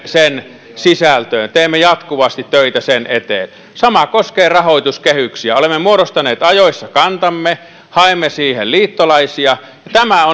sen sisältöön teemme jatkuvasti töitä sen eteen sama koskee rahoituskehyksiä olemme muodostaneet ajoissa kantamme haemme siihen liittolaisia ja tämä